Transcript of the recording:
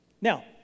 Now